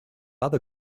other